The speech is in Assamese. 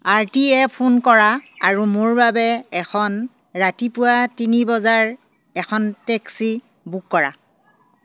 আৰ টি এ ফোন কৰা আৰু মোৰ বাবে এখন ৰাতিপুৱা তিনি বজাৰ এখন টেক্সি বুক কৰা